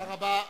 תודה רבה.